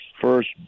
first